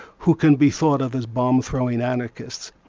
who can be thought of as bomb-throwing anarchists.